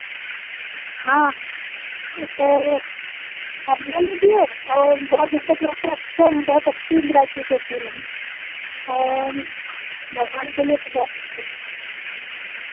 हाँ तो हमने भी दिए और बहुत दिन तक रहते अच्छे हैं बहुत अच्छी वराइटी के फूल हैं और भगवान के लिए तो बहुत अच्छे